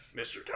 Mr